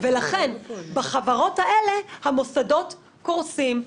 ולכן בחברות האלה המוסדות קורסים,